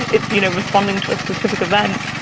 it's, you know, responding to a specific event.